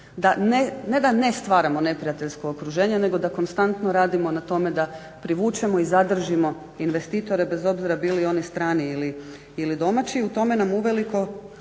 ne da ne stvaramo neprijateljsko okruženje nego da konstantno radimo na tome da privučemo i zadržimo investitore, bez obzira bili oni strani ili domaći. U tome nam uveliko